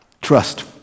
Trust